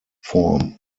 form